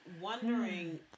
wondering